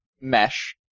mesh